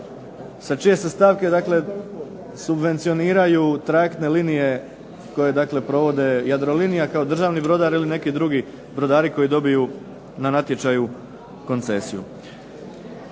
sa čije se stavke subvencioniraju trajektne linije koje provode Jadrolinija kao državni brodar ili neki drugi brodari koji dobiju na natječaju koncesiju.